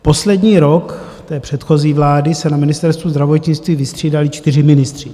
Poslední rok té předchozí vlády se na Ministerstvu zdravotnictví vystřídali čtyři ministři.